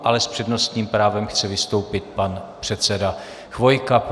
Ale s přednostním právem chce vystoupit pan předseda Chvojka.